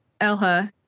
Elha